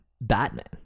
Batman